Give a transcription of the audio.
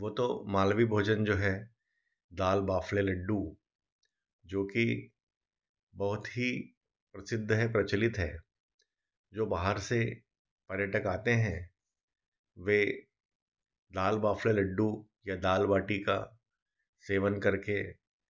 वो तो मालवी भोजन जो है दाल वाफले लड्डू जो कि बहुत ही प्रसिद्ध है प्रचलित है जो बाहर से पर्यटक आते हैं वे दाल वाफले लड्डू या दाल बाटी का सेवन करके